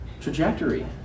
trajectory